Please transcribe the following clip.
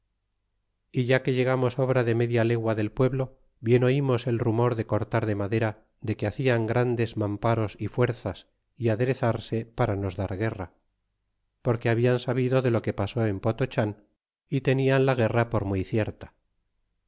e ya que llegamos obra de media legua del pueblo bien oimos el rumor de cortar de madera de que hacian grandes mamparos é fuerzas y aderezarse para nos dar guerra porque hablan sabido de lo que pasó en potonchan y tenían la guerra por muy cierta